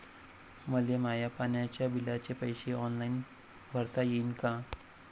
मले माया पाण्याच्या बिलाचे पैसे ऑनलाईन भरता येईन का?